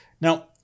Now